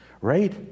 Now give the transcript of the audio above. right